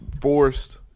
forced